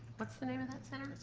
what's the name of that center?